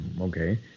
okay